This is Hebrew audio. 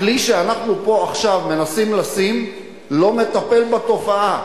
הכלי שאנחנו פה עכשיו מנסים לשים לא מטפל בתופעה,